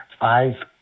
Five